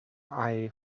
eye